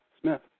Smith